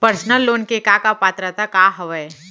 Personal loan ले के का का पात्रता का हवय?